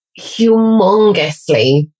humongously